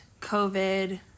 COVID